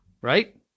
right